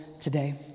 today